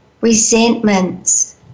resentments